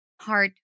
heart